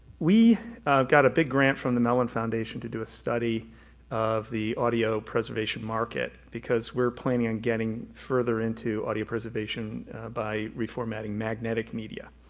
we got a big grant from the mellon foundation to do a study of the audio preservation market because we're planning on getting further into audio preservation by reformatting magnetic media.